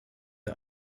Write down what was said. der